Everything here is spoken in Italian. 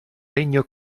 regno